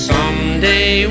Someday